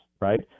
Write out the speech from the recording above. Right